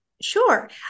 Sure